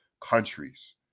countries